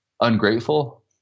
ungrateful